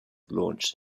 launched